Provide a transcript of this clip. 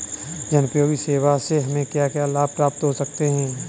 जनोपयोगी सेवा से हमें क्या क्या लाभ प्राप्त हो सकते हैं?